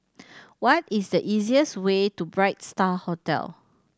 what is the easiest way to Bright Star Hotel